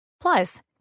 Plus